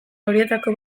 horietako